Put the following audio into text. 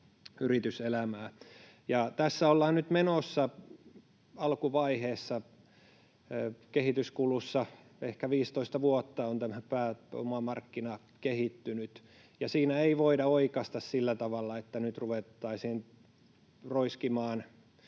yrityselämää. Tässä ollaan nyt menossa kehityskulun alkuvaiheessa. Ehkä 15 vuotta on tämä pääomamarkkina kehittynyt. Siinä ei voida oikaista sillä tavalla, että nyt ruvettaisiin roiskimaan